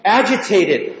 agitated